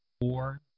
four